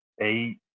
eight